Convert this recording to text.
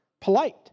Polite